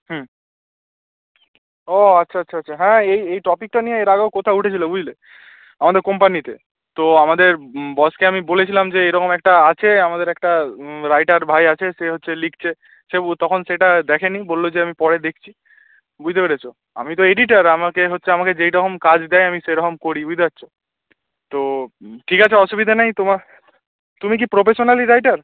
হুম ও আচ্ছা আচ্ছা আচ্ছা হ্যাঁ এই এই টপিকটা নিয়ে এর আগেও কোথা উঠেছিলো বুঝলে আমাদের কোম্পানিতে তো আমাদের বসকে আমি বলেছিলাম যে এরকম একটা আছে আমাদের একটা রাইটার ভাই আছে সে হচ্ছে লিখছে সে উ তখন সেটা দেখে নি বললো যে আমি পরে দেখছি বুঝতে পেরেছো আমি তো এডিটর আমাকে হচ্ছে আমাকে যেই রকম কাজ দেয় আমি সে রকম করি বুঝতে পারছ তো ঠিক আছে অসুবিধা নাই তোমার তুমি কি প্রফেশনালি রাইটার